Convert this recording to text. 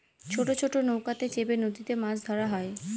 ছোট ছোট নৌকাতে চেপে নদীতে মাছ ধরা হয়